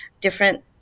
different